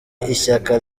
ishyaka